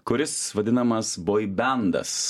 kuris vadinamas boibendas